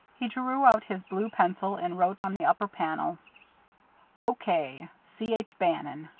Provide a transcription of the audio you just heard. he drew out his blue pencil and wrote on the upper panel o k. c. h. bannon.